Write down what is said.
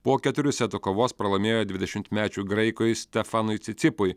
po keturių setų kovos pralaimėjo dvidešimtmečiui graikui stefanui cicipui